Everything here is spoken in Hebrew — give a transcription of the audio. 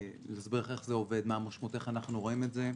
נסביר לך איך זה עובד ומה המשמעות ואיך אנחנו רואים את זה.